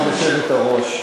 כבוד היושבת-ראש,